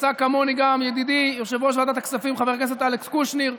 עשה כמוני גם ידידי יושב-ראש ועדת הכספים חבר הכנסת אלכס קושניר,